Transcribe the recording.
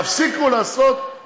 אמרתי למה אני חושב שהחוק הזה נכון,